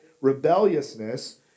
rebelliousness